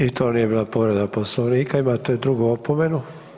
I to nije bila povreda Poslovnika, imate drugu opomenu.